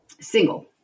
Single